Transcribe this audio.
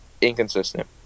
inconsistent